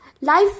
life